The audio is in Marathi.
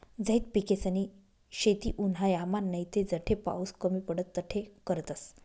झैद पिकेसनी शेती उन्हायामान नैते जठे पाऊस कमी पडस तठे करतस